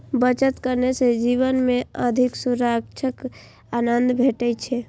बचत करने सं जीवन मे अधिक सुरक्षाक आनंद भेटै छै